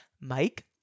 Mike